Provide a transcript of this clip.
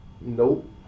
Nope